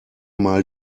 mal